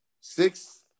six